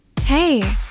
Hey